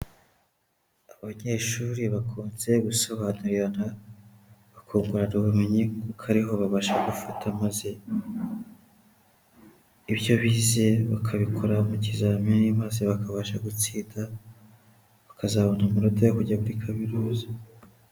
Abanyeshuri bakunze gusobanurirana, bakungurana ubumenyi kuko ariho babasha gufata, maze ibyo bize bakabikora mu kizamini maze bakabasha gutsinda, bakazabona amanota yo kujya kwiga muri kaminuza.